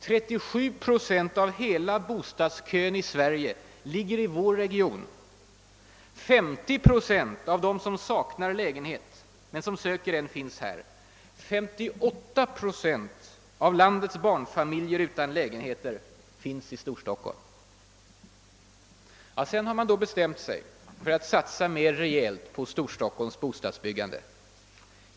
37 procent av hela bostadskön i Sverige ligger i vår region; 50 procent av dem som saknar lägenhet men söker en finns här; 58 procent av landets barnfamiljer utan egen lägenhet finns i Storstockholm. Sen har man så småningom bestämt sig för att satsa mer rejält på Storstockholms bostadsbyggande.